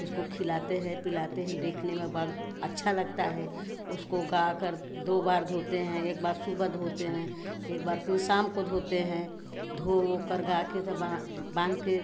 उसको खिलाते हैं पिलाते हैं देखने में अच्छा लगता है उसको गाकर दो बार धोते हैं एक बार सुबह धोते हैं एक बार फिर शाम को धोते हैं धो ओकर गाय के तब बाँध के